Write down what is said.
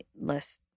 less